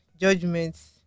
judgments